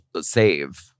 save